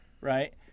Right